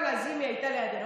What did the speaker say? גם לזימי הייתה לידינו.